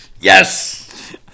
Yes